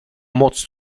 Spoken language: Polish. moc